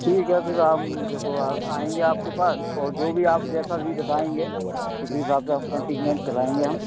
ठीक है फिर आप देखो आएंगे आपके पास और जो भी आप जैसा भी बताएंगे उसी हिसाब से हम अपना ट्रीटमेंट चलाएंगे हम